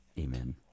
amen